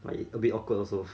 I a bit awkward also